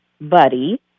buddy